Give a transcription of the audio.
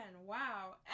wow